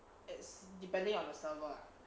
as depending on the server lah